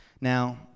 Now